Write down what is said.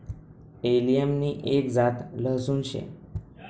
allium नि एक जात लहसून शे